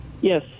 Yes